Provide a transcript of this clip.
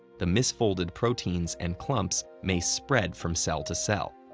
the misfolded proteins and clumps may spread from cell to cell.